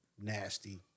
nasty